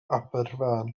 aberfan